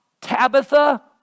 Tabitha